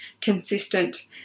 consistent